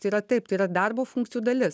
tai yra taip tai yra darbo funkcijų dalis